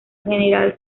general